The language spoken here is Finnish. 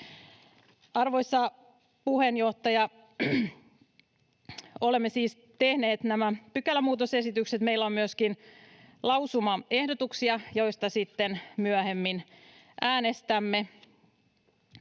Arvoisa puheenjohtaja! Olemme siis tehneet nämä pykälämuutosesitykset. Meillä on myöskin lausumaehdotuksia, joista sitten myöhemmin äänestämme.